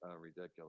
ridiculous